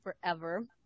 forever